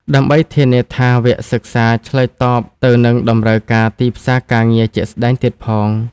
ដើម្បីធានាថាវគ្គសិក្សាឆ្លើយតបទៅនឹងតម្រូវការទីផ្សារការងារជាក់ស្តែងទៀតផង។